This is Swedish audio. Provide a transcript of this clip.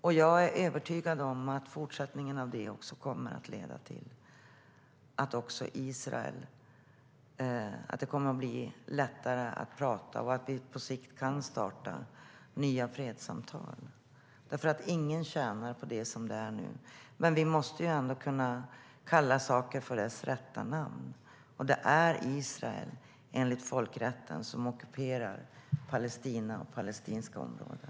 Och jag är övertygad om att det i fortsättningen kommer att bli lättare att prata också med Israel och att vi på sikt kan starta nya fredssamtal. Ingen tjänar nämligen på att det är som det är nu. Men vi måste kunna kalla saker för deras rätta namn. Och enligt folkrätten är det Israel som ockuperar Palestina och palestinska områden.